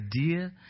idea